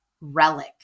relic